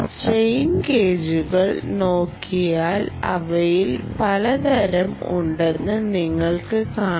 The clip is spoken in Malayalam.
സ്ട്രെയിൻ ഗേജുകൾ നോക്കിയാൽ അവയിൽ പല തരം ഉണ്ടെന്ന് നിങ്ങൾക്ക് കാണാം